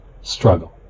struggle